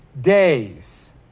days